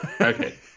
Okay